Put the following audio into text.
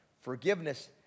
forgiveness